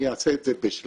אני אעשה את זה בשלבים,